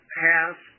passed